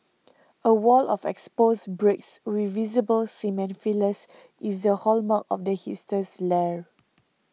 a wall of exposed bricks with visible cement fillers is the hallmark of the hipster's lair